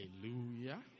Hallelujah